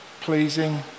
pleasing